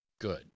good